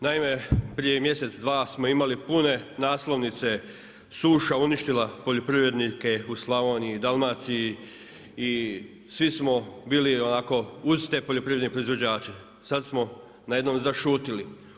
Naime, prije mjesec, dva smo imali pune naslovnice suša uništila poljoprivrednike u Slavoniji i Dalmaciji i svi su bili onako uz te poljoprivredne proizvođače, sad smo najednom zašutili.